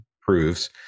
proves